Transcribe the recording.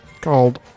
called